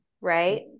right